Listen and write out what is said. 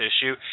issue